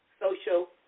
social